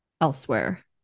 elsewhere